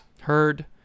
heard